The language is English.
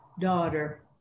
daughter